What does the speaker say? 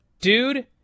Dude